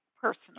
personal